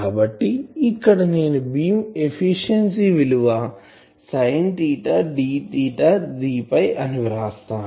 కాబట్టి ఇక్కడ నేను బీమ్ ఎఫిషియన్సీ విలువ sin d d అని వ్రాస్తాను